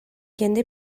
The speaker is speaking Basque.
jende